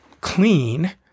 clean